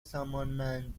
سامانمند